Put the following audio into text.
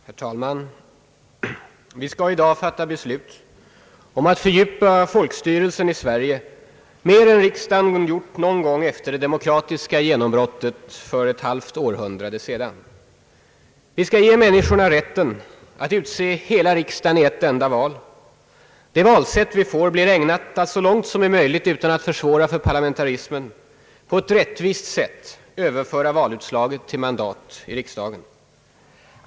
Herr talman! Vi skall i dag fatta beslut om att fördjupa folkstyrelsen i Sverige mer än riksdagen gjort någon gång efter det demokratiska genombrottet för ett halvt århundrade sedan. Vi skall ge människorna rätten att utse hela riksdagen i ett enda val. Det valsätt vi får blir ägnat att, så långt som är möjligt utan att försvåra för parlamentarismen, på ett rättvist sätt överföra valutslaget till mandat i riksdagen.